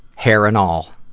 hair and all.